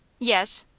yes.